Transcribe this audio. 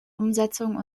umsetzung